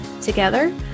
Together